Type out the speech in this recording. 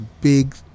big